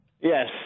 Yes